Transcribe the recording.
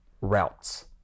routes